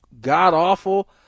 god-awful